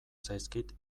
zaizkit